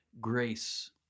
grace